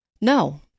no